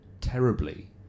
terribly